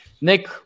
Nick